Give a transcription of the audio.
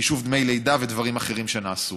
חישוב דמי לידה ודברים אחרים שנעשו.